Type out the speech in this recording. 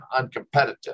uncompetitive